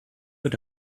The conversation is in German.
wird